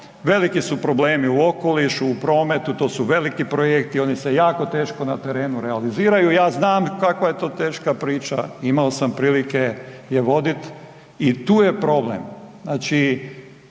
veliki su problemi u okolišu, u prometu to su veliki projekti oni se jako teško na terenu realiziraju. Ja znam kakva je to teška priča, imao sam prilike je voditi i tu je problem.